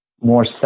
more